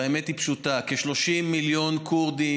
והאמת היא פשוטה: כ-30 מיליון כורדים,